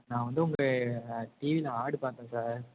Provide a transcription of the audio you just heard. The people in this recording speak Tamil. நான் வந்து உங்களை டிவியில் ஆடு பார்த்தேன் சார்